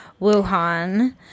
Wuhan